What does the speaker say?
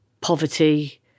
Poverty